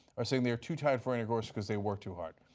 are saying they are too tired for intercourse because they work too hard.